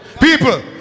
people